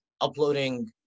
uploading